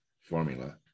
formula